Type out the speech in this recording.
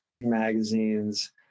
magazines